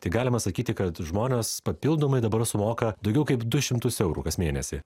tai galima sakyti kad žmonės papildomai dabar sumoka daugiau kaip du šimtus eurų kas mėnesį